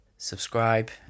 subscribe